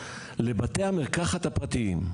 לבתי המרקחת הפרטיים,